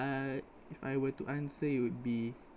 uh if I were to answer it would be